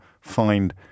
find